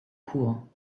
courts